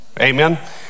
Amen